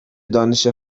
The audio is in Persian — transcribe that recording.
دانش